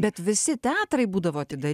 bet visi teatrai būdavo atidary